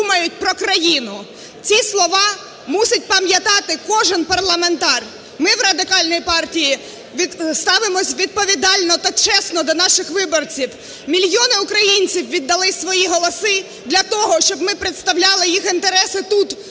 Ці слова мусить пам'ятати кожен парламентар. Ми в Радикальній партії ставимось відповідально та чесно до наших виборців. Мільйони українців віддали свої голоси для того, щоб ми представляли їх інтереси тут